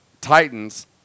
Titans